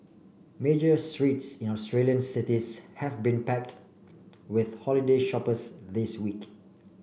major streets in Australian cities have been packed with holiday shoppers this week